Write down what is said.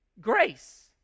Grace